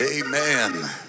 Amen